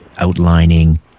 outlining